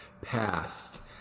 past